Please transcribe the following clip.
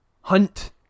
hunt